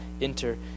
enter